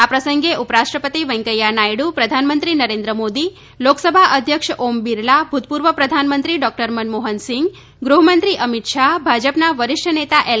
આ પ્રસંગે ઉપરાષ્ટ્રપતિ વેંકૈયા નાયડુ પ્રધાનમંત્રી નરેન્દ્ર મોદી લોકસભા અધ્યક્ષ ઓમ બિરલા ભૂતપૂર્વ પ્રધાનમંત્રી ડોક્ટર મનમોહનસિંહ ગૃહમંત્રી અમિત શાહ ભાજપના વરિષ્ઠ નેતા એલ